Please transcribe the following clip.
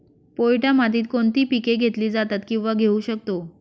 पोयटा मातीत कोणती पिके घेतली जातात, किंवा घेऊ शकतो?